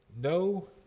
no